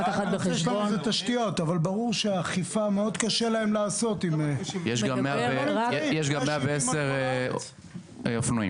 ברור שמאוד קשה לעשות אכיפה --- יש גם 110 אופנועים.